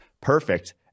perfect